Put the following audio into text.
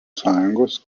sąjungos